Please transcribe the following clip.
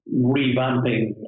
revamping